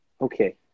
okay